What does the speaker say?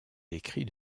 décrit